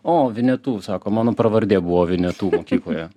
o vinetu sako mano pravardė buvo vinetu mokykloje